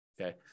Okay